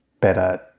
better